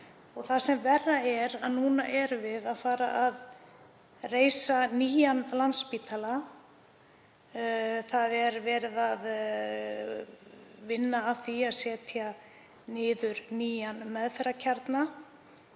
það sem verra er, núna erum við að fara að reisa nýjan Landspítala, verið að vinna að því að setja niður nýjan meðferðarkjarna,